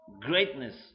greatness